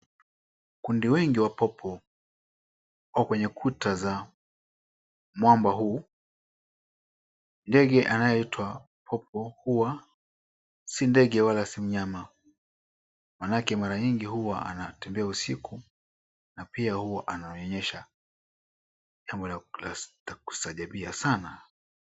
Kundi wengi wa popo wako kwenye kuta za mwamba huu. Ndege anayeitwa popo huwa si ndege wala mnyama, maana yake mara nyingi huwa anatembea usiku, na pia huwa anaonyesha jambo la kustaajabia sana.